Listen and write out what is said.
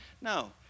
No